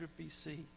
BC